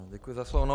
Děkuji za slovo.